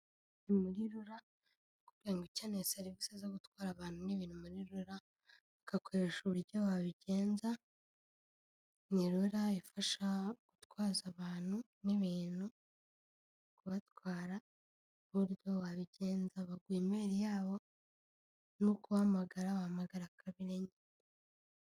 Mu RURA, ubaye ukeneye serivisi zo gutwara abantu n'ibintu muri RURA ugakoresha uburyo wabigenza; ni RURA ifasha gutwaza abantu n'ibintu, kubatwara, n'uburyo wabigenza. Baguha e-mail yabo, no guhamagara bahamagara kabiri enye.